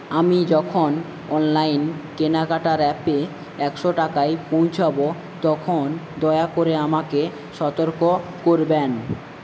আমি যখন অনলাইন কেনাকাটার অ্যাপে একশ টাকায় পৌঁছবো তখন দয়া করে আমাকে সতর্ক করবেন